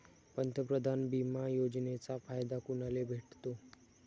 पंतप्रधान बिमा योजनेचा फायदा कुनाले भेटतो?